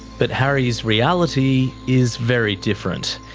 but harry's reality is very different.